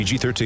PG-13